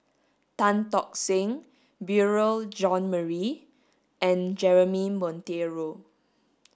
Tan Tock Seng Beurel John Marie and Jeremy Monteiro